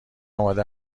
آماده